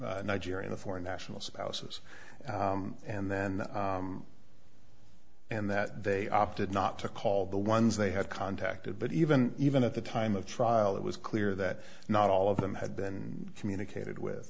the nigerian a foreign national spouses and then and that they opted not to call the ones they had contacted but even even at the time of trial it was clear that not all of them had been communicated with